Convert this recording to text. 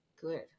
good